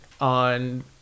on